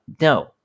No